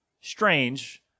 strange